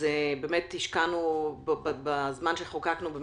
השקענו בזמן שחוקקנו את